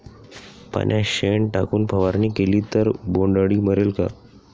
पाण्यात शेण टाकून फवारणी केली तर बोंडअळी मरेल का?